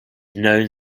known